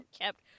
kept